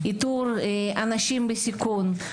איתור אנשים בסיכון,